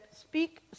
speak